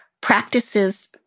Practices